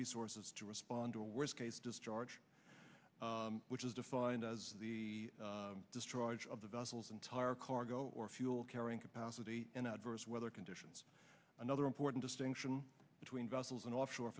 resources to respond to a worst case discharge which is defined as the destroyers of the vessels entire cargo or fuel carrying capacity in adverse weather conditions another important distinction between vessels and offshore